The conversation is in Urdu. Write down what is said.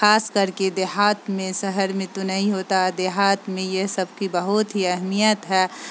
خاص کر کے دیہات میں شہر میں تو نہیں ہوتا دیہات میں یہ سب کی بہت ہی اہمیت ہے